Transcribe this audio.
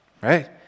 Right